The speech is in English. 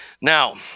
Now